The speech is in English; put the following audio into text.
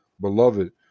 beloved